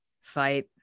fight